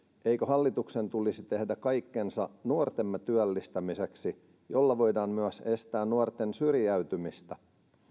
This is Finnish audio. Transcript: eikö hallituksen tulisi tehdä kaikkensa nuortemme työllistämiseksi millä voidaan myös estää nuorten syrjäytymistä